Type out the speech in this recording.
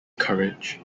courage